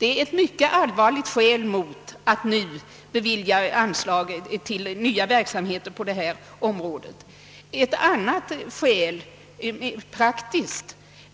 Detta är ett mycket allvarligt skäl för att inte lämna anslag till nya verksamheter på det här området. Ett annat skäl, som är av mera praktisk